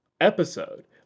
episode